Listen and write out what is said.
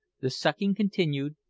the sucking continued,